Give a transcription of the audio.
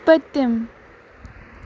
پٔتِم